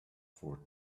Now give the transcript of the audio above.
for